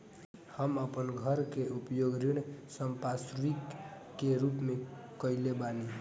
हम अपन घर के उपयोग ऋण संपार्श्विक के रूप में कईले बानी